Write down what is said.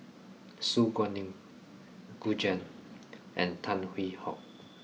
Su Guaning Gu Juan and Tan Hwee Hock